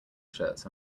shirts